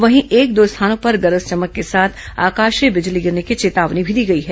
वहीं एक दो स्थानों पर गरज चमक के साथ आकाशीय बिजली गिरने की चेतावनी भी दी गई है